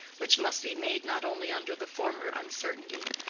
which must be made not only under the former uncertainty,